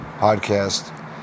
podcast